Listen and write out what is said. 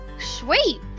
Sweet